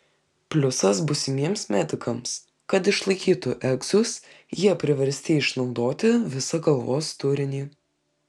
pliusas būsimiems medikams kad išlaikytų egzus jie priversti išnaudoti visą galvos turinį